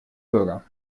bürger